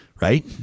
Right